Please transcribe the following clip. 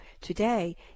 today